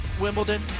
Wimbledon